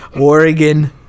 Oregon